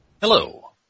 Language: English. Hello